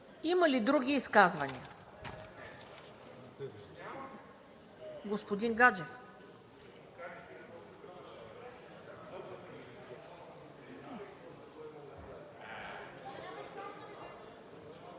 Има ли други изказвания? Господин Гаджев.